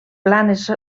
planes